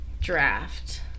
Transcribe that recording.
Draft